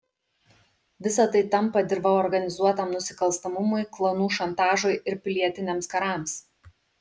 visa tai tampa dirva organizuotam nusikalstamumui klanų šantažui ir pilietiniams karams